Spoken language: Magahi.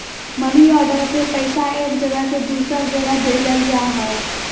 मनी ऑर्डर से पैसा एक जगह से दूसर जगह भेजल जा हय